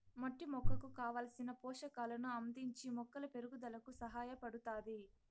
మట్టి మొక్కకు కావలసిన పోషకాలను అందించి మొక్కల పెరుగుదలకు సహాయపడుతాది